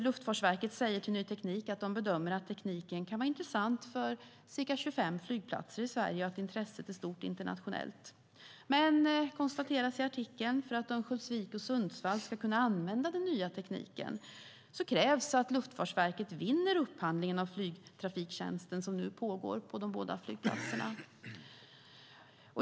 Luftfartsverket säger till Ny Teknik att de bedömer att tekniken kan vara intressant för ca 25 flygplatser i Sverige och att intresset är stort internationellt. Men, konstateras i artikeln, för att Örnsköldsvik och Sundsvall ska kunna använda den nya tekniken krävs att Luftfartsverket vinner den upphandling av flygtrafiktjänsten som nu pågår på de båda flygplatserna.